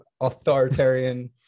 authoritarian